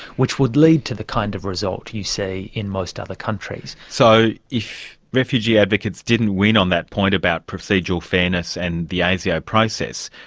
which would lead to the kind of result you see in most other countries. so if refugee advocates didn't win on that point about procedural fairness and the asio process,